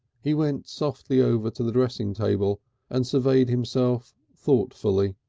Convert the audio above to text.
he went softly over to the dressing-table and surveyed himself thoughtfully.